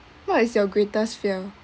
what is your greatest fear